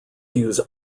use